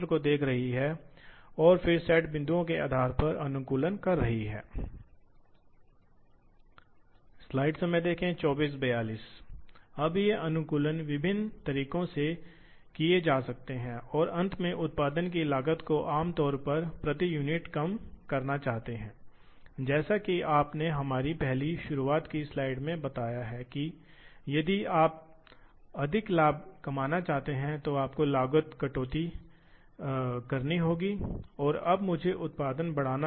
तो वृद्धिशील प्रणाली में आप इसे हमेशा वर्तमान बिंदु से करते हैं इसलिए वर्तमान बिंदु यहां है इसलिए यह 200 होने वाला है इसलिए मशीन का अगला निर्देश X 300 होगा वास्तव में यह 200 होना चाहिए था इसलिए X 300 X 200 फिर X तो आप इस बिंदु पर आ गए हैं और फिर यदि आप तीन पर जाना चाहते हैं तो आपको एक्स माइनस 300 करना होगा और फिर तीन से एक तक आपको एक्स माइनस 200 करना होगा